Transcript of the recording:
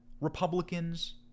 Republicans